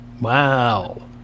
Wow